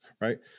right